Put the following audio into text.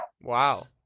wow